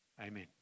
Amen